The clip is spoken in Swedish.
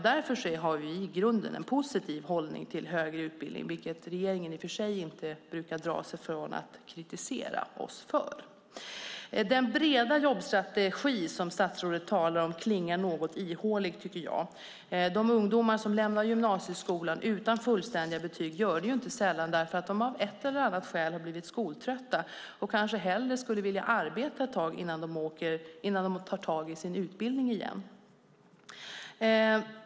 Därför har vi i grunden en positiv hållning till högre utbildning, vilket regeringen inte brukar dra sig för att kritisera oss för. Talet om den breda jobbstrategin från statsrådet klingar något ihåligt, tycker jag. De ungdomar som lämnar gymnasieskolan utan fullständiga betyg gör det inte sällan därför att de av ett eller annat skäl har blivit skoltrötta och kanske hellre skulle vilja arbeta ett tag innan de tar tag i sin utbildning igen.